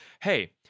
hey